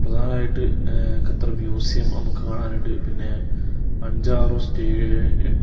പ്രധാനമായിട്ട് Qatar museum നമുക്ക് കാണാനുണ്ട് പിന്നെ അഞ്ചാറോ സ്റ്റേ